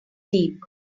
deep